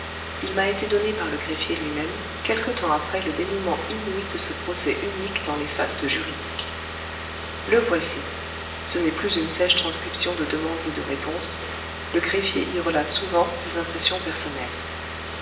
il m'a été donné par le greffier lui-même quelque temps après le dénouement inouï de ce procès unique dans les fastes juridiques le voici ce n'est plus une sèche transcription de demandes et de réponses le greffier y relate souvent ses impressions personnelles